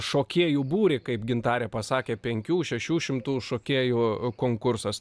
šokėjų būrį kaip gintarė pasakė penkių šešių šimtų šokėjų konkursas